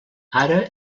ara